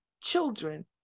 children